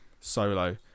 solo